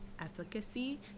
efficacy